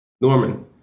Norman